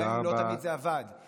גם אם לא תמיד זה עבד, תודה רבה.